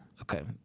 Okay